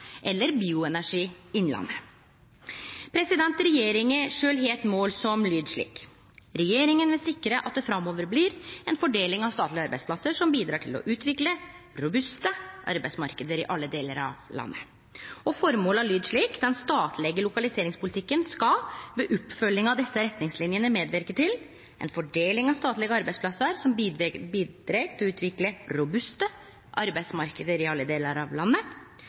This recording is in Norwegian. eller Arena Bioenergi Innlandet. Regjeringa har sjølv eit mål som lyder slik: Regjeringa vil sikre at det framover blir ei fordeling av statlege arbeidsplassar som bidreg til å utvikle robuste arbeidsmarknader i alle delar av landet. Formåla lyder slik: «Den statlege lokaliseringspolitikken skal, ved oppfølginga av desse retningslinjene, medverke til – ei fordeling av statlege arbeidsplassar som bidreg til å utvikle robuste arbeidsmarknader i alle delar av landet